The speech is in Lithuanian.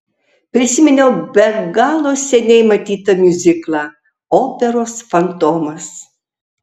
prisiminiau be galo seniai matytą miuziklą operos fantomas